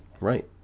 Right